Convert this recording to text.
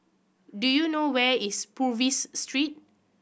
do you know where is Purvis Street